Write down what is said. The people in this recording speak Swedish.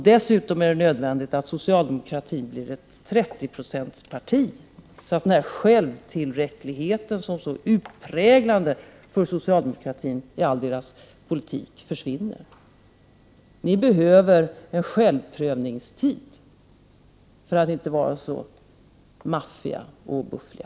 Dessutom är det nödvändigt att socialdemokratin blir ett 30-procentsparti, så att den självtillräcklighet som är så utmärkande för socialdemokratin i all dess politik försvinner. Ni behöver en självprövningstid för att inte vara så maffiga och buffliga.